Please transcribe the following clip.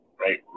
right